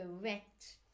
correct